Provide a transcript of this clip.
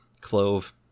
Clove